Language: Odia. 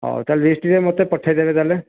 ହଉ ତା'ହେଲେ ଲିଷ୍ଟ୍ରେ ମୋତେ ପଠାଇଦେବେ ତା'ହେଲେ